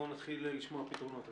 בואו נתחיל לשמוע פתרונות.